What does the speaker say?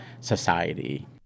society